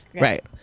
Right